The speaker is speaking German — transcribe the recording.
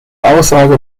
aussage